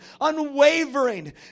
unwavering